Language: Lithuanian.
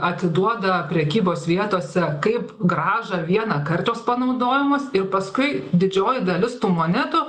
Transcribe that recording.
atiduoda prekybos vietose kaip grąžą vienąkart jos panaudojamos ir paskui didžioji dalis tų monetų